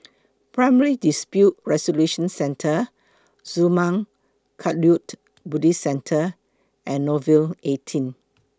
Primary Dispute Resolution Centre Zurmang Kagyud Buddhist Centre and Nouvel eighteen